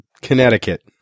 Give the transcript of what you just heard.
Connecticut